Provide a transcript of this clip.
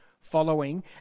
following